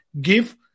Give